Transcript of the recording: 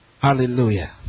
Hallelujah